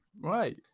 right